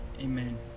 amen